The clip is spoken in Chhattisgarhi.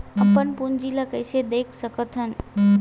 अपन पूंजी ला कइसे देख सकत हन?